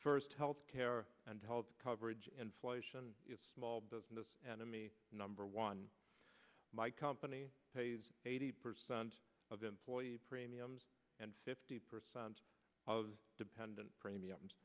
first health care and health coverage inflation small business and i'm a number one my company pays eighty percent of employee premiums and fifty percent of dependent premiums